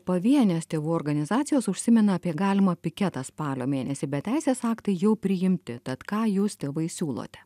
pavienės tėvų organizacijos užsimena apie galimą piketą spalio mėnesį bet teisės aktai jau priimti tad ką jūs tėvai siūlote